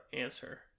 answer